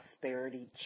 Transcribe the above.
prosperity